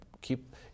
keep